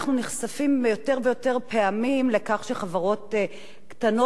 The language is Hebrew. לכך שחברות קטנות וגדולות פושטות את הרגל.